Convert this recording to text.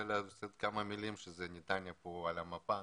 אכן נתניה כאן על המפה.